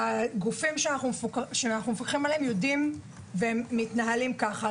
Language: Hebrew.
הגופים שאנחנו מפקחים עליהם יודעים ומתנהלים כך: